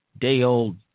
day-old